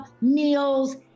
meals